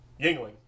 Yingling